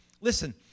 Listen